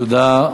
תודה.